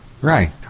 Right